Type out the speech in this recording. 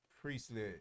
priestly